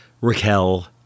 Raquel